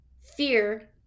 fear